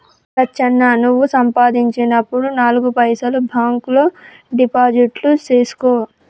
లచ్చన్న నువ్వు సంపాదించినప్పుడు నాలుగు పైసలు బాంక్ లో డిపాజిట్లు సేసుకో